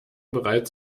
bereits